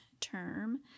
term